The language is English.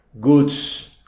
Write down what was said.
goods